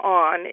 on